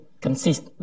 consist